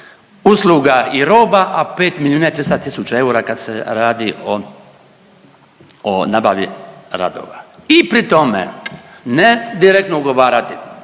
usluga i roba, a 5 milijuna i 300 000 eura kad se radi o nabavi radova. I pri tome ne direktno ugovarati,